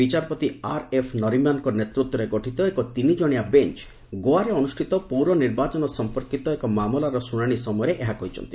ବିଚାରପତି ଆର୍ଏଫ୍ ନରିମ୍ୟାନ୍ଙ୍କ ନେତୃତ୍ୱରେ ଗଠିତ ଏକ ତିନି ଜଣିଆ ବେଞ୍ ଗୋଆରେ ଅନୁଷ୍ଠିତ ପୌର ନିର୍ବାଚନ ସମ୍ପର୍କୀତ ଏକ ମାମଲାର ଶୁଣାଣି ସମୟରେ ଏହା କହିଛନ୍ତି